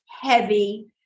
heavy